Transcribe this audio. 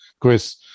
Chris